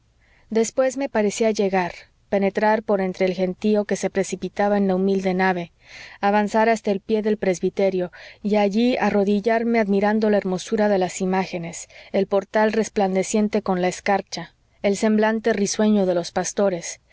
después me parecía llegar penetrar por entre el gentío que se precipitaba en la humilde nave avanzar hasta el pie del presbiterio y allí arrodillarme admirando la hermosura de las imágenes el portal resplandeciente con la escarcha el semblante risueño de los pastores